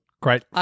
Great